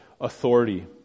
authority